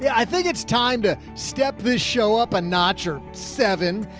yeah i think it's time to step this show up a notch or seven,